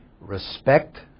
respect